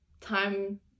time